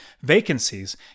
vacancies